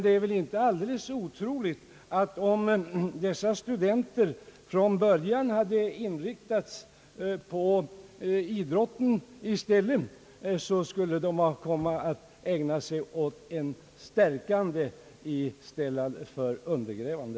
Det är väl dock inte alldeles otroligt att dessa studenter, om de från början hade inriktats på idrott, skulle ha kommit att ägna sig åt en stärkande sysselsättning i stället för en undergrävande,